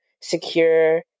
secure